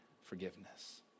forgiveness